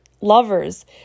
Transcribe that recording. lovers